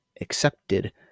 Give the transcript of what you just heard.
accepted